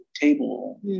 table